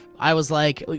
i was like,